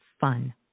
Fun